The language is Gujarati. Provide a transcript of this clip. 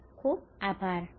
તમારો ખુબ ખુબ આભાર